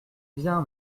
bien